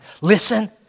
Listen